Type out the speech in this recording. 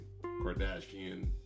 Kardashian